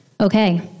Okay